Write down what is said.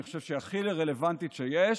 אני חושב שהיא הכי רלוונטית שיש,